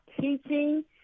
teaching